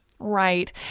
Right